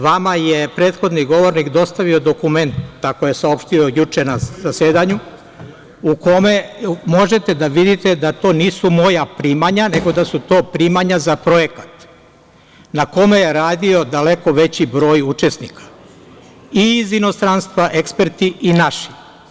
Vama je prethodni govornik dostavio dokument, tako je saopštio juče na zasedanju, u kome možete da vidite da to nisu moja primanja, nego da su to primanja za projekat na kome je radio daleko veći broj učesnika, i iz inostranstva eksperti i naši.